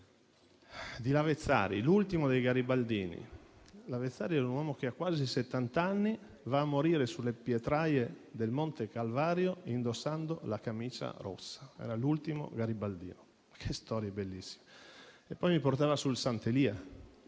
di Lavezzari, l'ultimo dei garibaldini. Lavezzari è un uomo che a quasi settant'anni va a morire sulle pietraie del Monte Calvario indossando la camicia rossa: era l'ultimo garibaldino. Che storia bellissima! Poi mio nonno mi portava sul Sant'Elia,